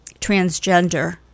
transgender